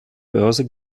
börse